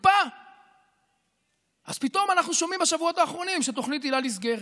אז פתאום אנחנו שומעים בשבועות האחרונות שתוכנית היל"ה נסגרת,